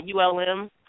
ULM